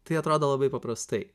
tai atrodo labai paprastai